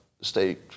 State